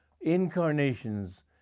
incarnations